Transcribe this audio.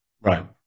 Right